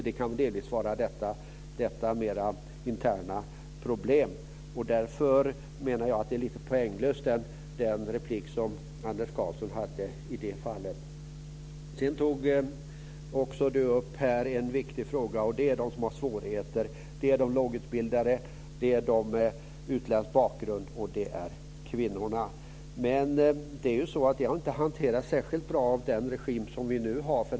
Det kan delvis handla om detta mer interna problem. Därför menar jag att den replik som Anders Karlsson hade i det fallet är lite poänglös. Han tog också upp en viktig fråga. Den gäller dem som har svårigheter - de lågutbildade, de med utländsk bakgrund och kvinnorna. De har inte hanterats särskilt bra av den regim som vi nu har.